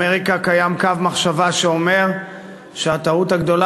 באמריקה קיים קו מחשבה שאומר שהטעות הגדולה